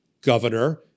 governor